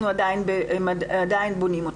אנחנו עדיין בונים אותה.